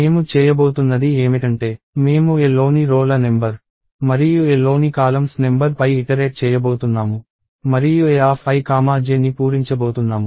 మేము చేయబోతున్నది ఏమిటంటే మేము A లోని రో ల నెంబర్ మరియు A లోని కాలమ్స్ నెంబర్ పై ఇటరేట్ చేయబోతున్నాము మరియు Aij ని పూరించబోతున్నాను